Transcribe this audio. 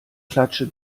klatsche